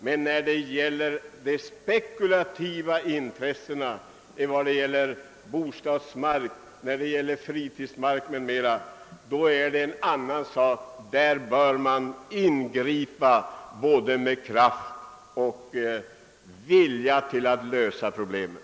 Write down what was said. Men när det gäller de spekulativa intressena i fråga om bostadsmark, fritidsmark m.m. är det en annan sak — då bör man ingripa med kraft och vilja att lösa problemet.